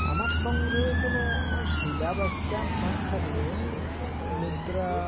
আমার সংগ্রহে কোনও শিলা বা স্ট্যাম্প না থাকলেও মুদ্রা